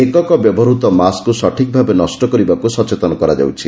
ଏକକ ବ୍ୟବହୂତ ମାସ୍କକ ସଠିକ୍ ଭାବେ ନଷ କରିବାକ ସଚେତନ କରାଯାଉଛି